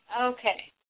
Okay